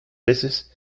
veces